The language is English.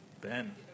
Ben